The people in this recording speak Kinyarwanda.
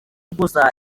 gusa